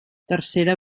tercera